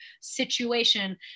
situation